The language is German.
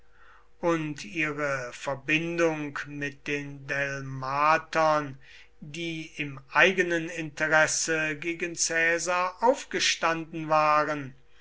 und ihre verbindung mit den delmatern die im eigenen interesse gegen caesar aufgestanden waren